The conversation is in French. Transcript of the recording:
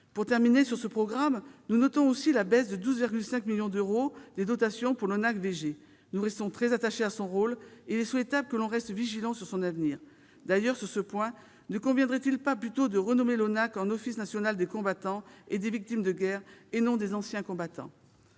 Pour terminer sur ce programme, nous notons aussi la baisse de 12,5 millions d'euros des dotations pour l'ONAC-VG. Nous restons très attachés à son rôle. Il est souhaitable que nous restions vigilants sur son avenir. À cet égard, ne conviendrait-il pas de renommer l'ONAC-VG en Office national des « combattants » et victimes de guerre plutôt que des « anciens combattants »